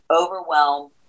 overwhelm